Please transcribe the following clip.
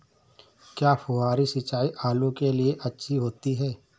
क्या फुहारी सिंचाई आलू के लिए अच्छी होती है?